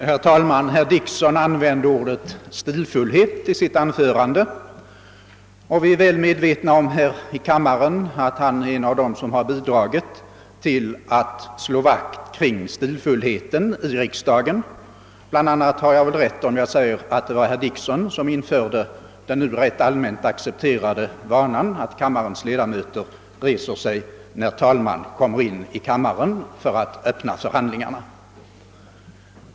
Herr talman! Herr Dickson använde ordet stilfullhet i sitt anförande. Vi är i kammaren väl medvetna om att han är en av dem som bidragit till att slå vakt om stilfullheten i riksdagen — om jag minns rätt var det t.ex. herr Dickson som införde den nu allmänt accepterade vanan att kammarens ledamöter reser sig när talmannen kommer in för att öppna förhandlingarna.